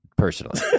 Personally